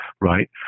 right